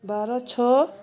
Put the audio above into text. ବାର ଛଅ